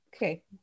Okay